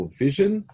vision